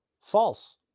false